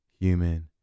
human